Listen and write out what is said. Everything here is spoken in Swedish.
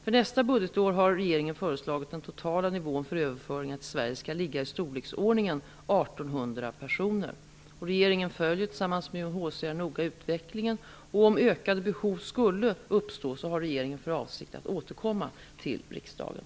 För nästa budgetår har regeringen föreslagit att den totala nivån för överföringar till Sverige skall ligga i storleksordningen 1 800 personer. Regeringen följer tillsammans med UNHCR noga utvecklingen och om ökade behov skulle uppstå, har regeringen för avsikt att återkomma till riksdagen.